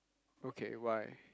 okay why